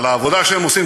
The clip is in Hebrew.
על העבודה שהם עושים,